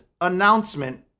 announcement